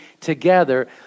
together